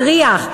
החוק מכריח,